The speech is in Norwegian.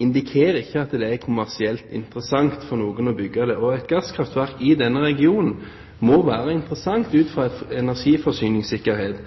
indikerer ikke at det er kommersielt interessant for noen å bygge det. Et gasskraftverk i denne regionen må være interessant ut fra energiforsyningssikkerhet.